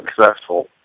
successful